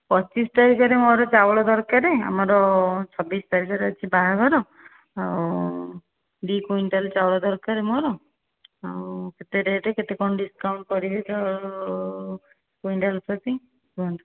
ପଚିଶ ତାରିଖରେ ମୋର ଚାଉଳ ଦରକାର ଆମର ଛବିଶ ତାରିଖରେ ଅଛି ବାହାଘର ଆଉ ଦୁଇ କୁଇଣ୍ଟାଲ୍ ଚାଉଳ ଦରକାର ମୋର ଆଉ କେତେ ରେଟ୍ କେତେ କ'ଣ ଡ଼ିସ୍କାଉଣ୍ଟ୍ କରିବେ କୁଇଣ୍ଟାଲ୍ ପ୍ରତି କୁହନ୍ତୁ